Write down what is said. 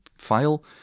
File